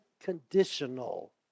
unconditional